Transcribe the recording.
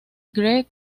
greg